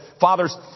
Fathers